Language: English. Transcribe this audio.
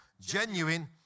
genuine